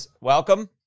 welcome